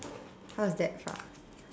how does that sounds